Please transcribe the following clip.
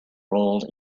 rolled